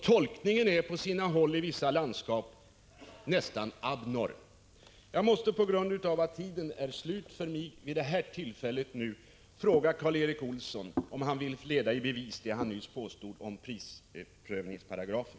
Tolkningen är på sina håll i vissa landskap nästan abnorm. På grund av att tiden är slut för mig vid det här tillfället måste jag fråga Karl Erik Olsson, om han vill leda i bevis det han nyss påstod om prisprövningsparagrafen.